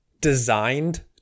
designed